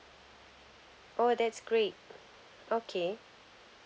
oh that's great okay